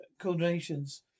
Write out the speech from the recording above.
coordinations